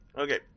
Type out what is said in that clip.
Okay